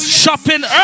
shopping